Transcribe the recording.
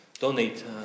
donate